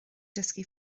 dysgu